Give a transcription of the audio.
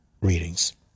readings